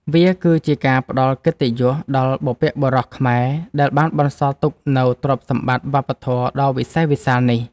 វាគឺជាការផ្ដល់កិត្តិយសដល់បុព្វបុរសខ្មែរដែលបានបន្សល់ទុកនូវទ្រព្យសម្បត្តិវប្បធម៌ដ៏វិសេសវិសាលនេះ។